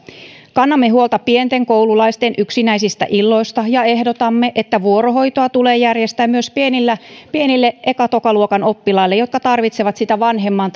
kannamme huolta pienten koululaisten yksinäisistä illoista ja ehdotamme että vuorohoitoa tulee järjestää myös pienille eka tokaluokan oppilaille jotka tarvitsevat sitä vanhemman